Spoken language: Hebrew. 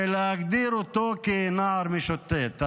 ולהגדיר נער כנער משוטט.